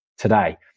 today